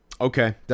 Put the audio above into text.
Okay